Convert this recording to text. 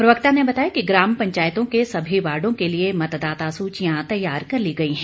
प्रवक्ता ने बताया कि ग्राम पंचायतों के सभी वार्डों के लिए मतदाता सूचियां तैयार कर ली गई है